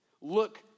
Look